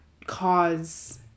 cause